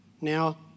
Now